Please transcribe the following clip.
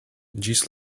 ĝis